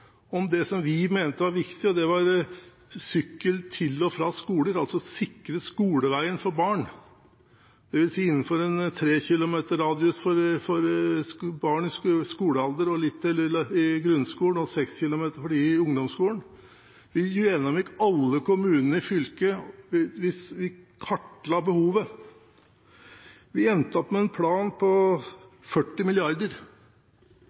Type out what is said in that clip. om det som vi mente var viktig. Det var bruk av sykkel til og fra skoler, altså å sikre skoleveien for barn, dvs. innenfor en radius på 3 km for barn i grunnskolen og innenfor en radius på 6 km for barn i ungdomsskolen. Vi gjennomgikk alle kommunene i fylket. Vi kartla behovet. Vi endte opp med en plan på 40